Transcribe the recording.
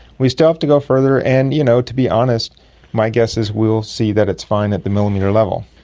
we still have to go further, and you know to be honest my guess is we will see that it's fine at the millimetre level.